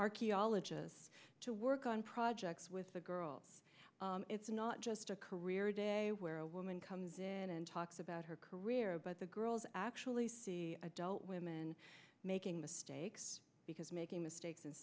archaeologists to work on projects with a girl it's not just a career day where a woman comes in and talks about her career but the girls actually see adult women making mistakes because making mistakes